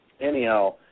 anyhow